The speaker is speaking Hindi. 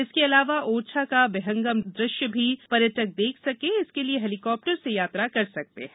इसके अलावा ओरछा का बिहंगम दृश्य भी पर्यटक देख सकें इसके लिए हेलीकॉप्टर से यात्रा कर सकते हैं